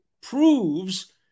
proves